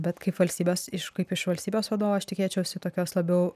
bet kaip valstybės iš kaip iš valstybės vadovo aš tikėčiausi tokios labiau